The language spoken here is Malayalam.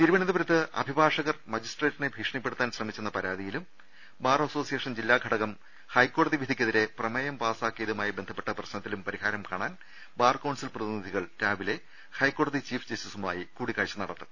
തിരുവനന്തപുരത്ത് അഭിഭാഷകർ മജിസ്ട്രേറ്റിനെ ഭീഷ ണിപ്പെടുത്താൻ ശ്രമിച്ചെന്ന പരാതിയിലും ബാർ അസോ സിയേഷൻ ജില്ലാ ഘടകം ഹൈക്കോടതി വിധിക്കെതിരെ പ്രമേയം പാസ്സാക്കിയതുമായി ബന്ധപ്പെട്ട പ്രശ്നത്തിലും പരിഹാരം കാണാൻ ബാർ കൌൺസിൽ പ്രതിനിധികൾ രാവിലെ ഹൈക്കോടതി ചീഫ് ജസ്റ്റിസുമായി കൂടി ക്കാഴ്ച നടത്തും